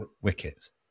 wickets